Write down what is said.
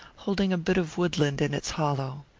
holding a bit of woodland in its hollow.